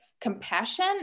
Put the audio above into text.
compassion